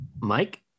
Mike